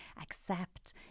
accept